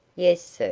yes, sir.